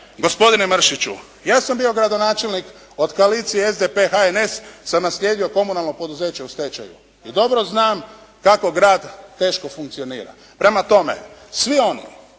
gospodine Mršiću. Ja sam bio gradonačelnik. Od koalicije SDP-HNS sam naslijedio komunalno poduzeće u stečaju. I dobro znam kako grad teško funkcionira. Prema tome svi oni